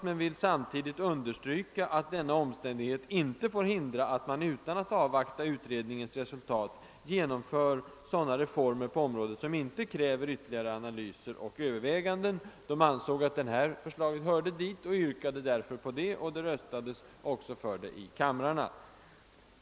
Samtidigt ville de emeller tid understryka att denna omständighet inte fick hindra att man utan att avvakta utredningens resultat genomförde sådana reformer på området som inte krävde ytterligare analyser och överväganden. Reservanterna ansåg att det nu aktuella förslaget var av sådan karaktär och yrkade därför bifall till det. Det röstades också för förslaget i kamrarna.